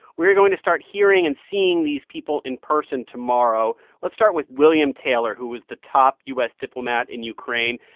we're going to start hearing and seeing these people in person tomorrow. let's start with william taylor, who was the top u s. diplomat in ukraine.